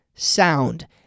sound